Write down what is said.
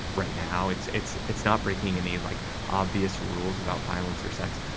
right now it's it's it's not breaking any like obvious rules about violence or sex.